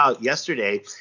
yesterday